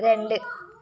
രണ്ട്